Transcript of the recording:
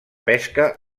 pesca